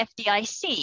FDIC